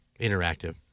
interactive